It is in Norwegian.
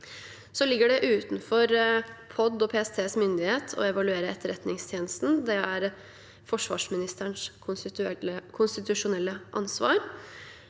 Politidirektoratets og PSTs myndighet å evaluere Etterretningstjenesten, det er forsvarsministerens konstitusjonelle ansvar.